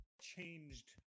changed